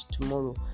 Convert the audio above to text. tomorrow